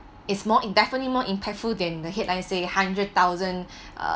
it's more in definitely more impactful than the headline say hundred thousand uh